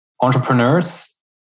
Entrepreneurs